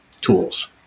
tools